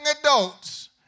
adults